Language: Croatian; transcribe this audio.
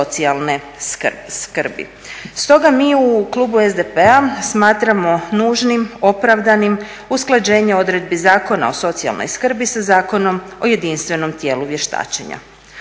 socijalne skrbi. Stoga mi u klubu SDP-a smatramo nužnim, opravdanim, usklađenje odredbi Zakona o socijalnoj skrbi sa Zakonom o jedinstvenom tijelu vještačenja.